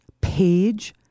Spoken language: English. page